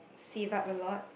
save up a lot